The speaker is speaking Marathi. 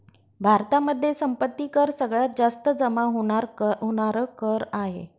भारतामध्ये संपत्ती कर सगळ्यात जास्त जमा होणार कर आहे